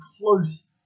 close